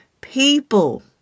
people